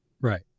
Right